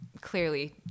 clearly